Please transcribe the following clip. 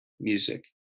music